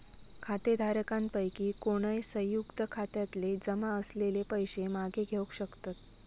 खातेधारकांपैकी कोणय, संयुक्त खात्यातले जमा असलेले पैशे मागे घेवक शकतत